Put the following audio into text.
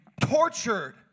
tortured